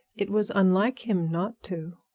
it was unlike him not to.